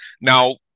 now